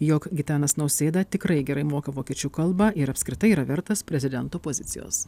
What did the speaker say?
jog gitanas nausėda tikrai gerai moka vokiečių kalbą ir apskritai yra vertas prezidento pozicijos